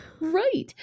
Right